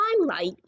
limelight